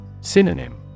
Synonym